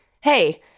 hey